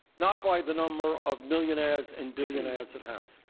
not by the number of millionaires and billionaires it has,